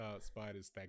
spiders